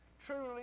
truly